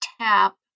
tap